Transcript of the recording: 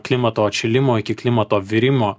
klimato atšilimo iki klimato virimo